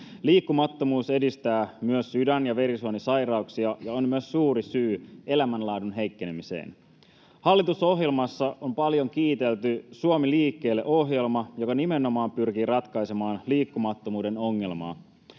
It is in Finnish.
Liikkumattomuus edistää myös sydän‑ ja verisuonisairauksia ja on myös suuri syy elämänlaadun heikkenemiseen. Hallitusohjelmassa on paljon kiitelty Suomi liikkeelle ‑ohjelmaa, joka nimenomaan pyrkii ratkaisemaan liikkumattomuuden ongelmaa.